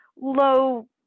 low